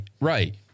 right